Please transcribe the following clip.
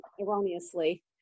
erroneously